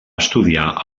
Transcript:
estudiar